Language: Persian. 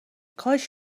کاش